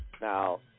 Now